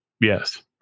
Yes